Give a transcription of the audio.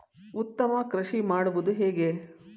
ಉತ್ತಮ ಕೃಷಿ ಮಾಡುವುದು ಹೇಗೆ?